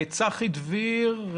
צבי דביר,